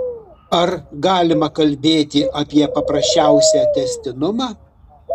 ar galima kalbėti apie paprasčiausią tęstinumą